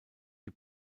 die